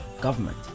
government